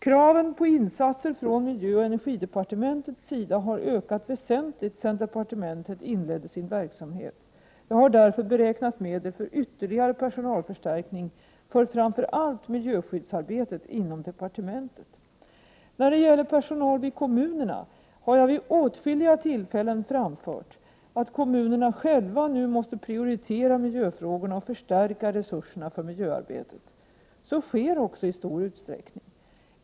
Kraven på insatser från miljöoch energidepartementets sida har ökat väsentligt sedan departementet inledde sin verksamhet. Jag har därför beräknat medel för ytterligare personalförstärkning för framför allt miljöskyddsarbetet inom departementet. När det gäller personal vid kommunerna har jag vid åtskilliga tillfällen framfört att kommunerna själva nu måste prioritera miljöfrågorna och förstärka resurserna för miljöarbetet. Så sker också i stor utsträckning.